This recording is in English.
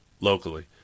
locally